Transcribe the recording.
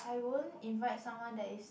I won't invite someone that is